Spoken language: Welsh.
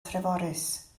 treforys